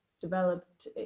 developed